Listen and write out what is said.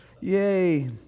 Yay